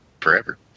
forever